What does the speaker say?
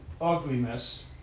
ugliness